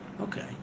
Okay